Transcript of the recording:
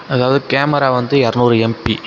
அதாவது கேமரா வந்து எரநூறு எம்பி